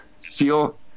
feel